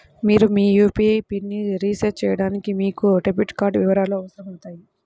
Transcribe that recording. మీరు మీ యూ.పీ.ఐ పిన్ని రీసెట్ చేయడానికి మీకు డెబిట్ కార్డ్ వివరాలు అవసరమవుతాయి